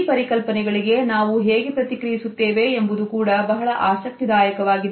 ಈ ಪರಿಕಲ್ಪನೆಗಳಿಗೆ ನಾವು ಹೇಗೆ ಪ್ರತಿಕ್ರಿಯಿಸುತ್ತೇವೆ ಎಂಬುದು ಕೂಡ ಬಹಳ ಆಸಕ್ತಿದಾಯಕವಾಗಿದೆ